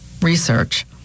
research